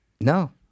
No